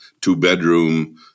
two-bedroom